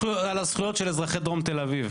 שמרו על הזכויות של אזרחי דרום תל אביב,